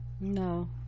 No